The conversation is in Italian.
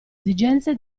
esigenze